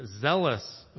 zealous